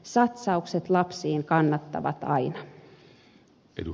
satsaukset lapsiin kannattavat aina